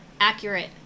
Accurate